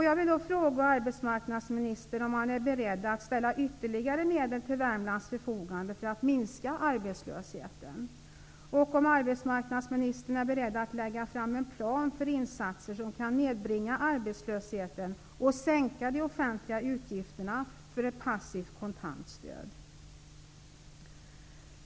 Jag vill fråga arbetsmarknadsministern om han är beredd att ställa ytterligare medel till Värmlands förfogande för att minska arbetslösheten. Är arbetsmarknadministern beredd att lägga fram en plan för insatser som kan nedbringa arbetslösheten och minska de offentliga utgifterna för ett passivt kontantstöd?